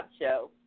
show